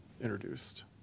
introduced